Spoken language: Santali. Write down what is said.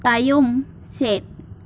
ᱛᱟᱭᱚᱢ ᱥᱮᱫ